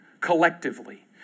collectively